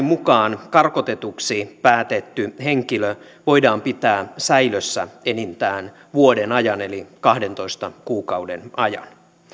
mukaan karkotetuksi päätetty henkilö voidaan pitää säilössä enintään vuoden ajan eli kahdentoista kuukauden ajan